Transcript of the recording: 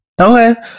Okay